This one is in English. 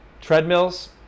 treadmills